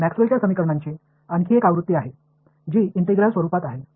மேக்ஸ்வெல்லின் Maxwell's சமன்பாடுகளின் மற்றொரு பதிப்பு இன்டெக்ரல் வடிவத்தில் உள்ளது